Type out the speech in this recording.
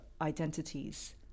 identities